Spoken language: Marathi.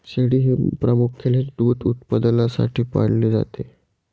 शेळी हे प्रामुख्याने दूध उत्पादनासाठी पाळले जाते